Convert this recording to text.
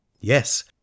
Yes